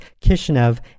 Kishinev